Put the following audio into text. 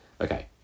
Okay